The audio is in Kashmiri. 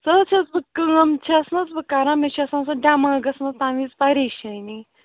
سۄ حظ چھَس بہٕ کٲم چھَس نہَ حظ بہٕ کَران مےٚ چھِ آسان سۄ دٮ۪ماغَس منٛز تَمہِ وِز پریشٲنی